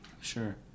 sure